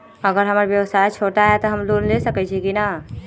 अगर हमर व्यवसाय छोटा है त हम लोन ले सकईछी की न?